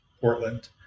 Portland